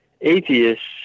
atheists